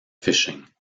fishing